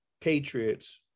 Patriots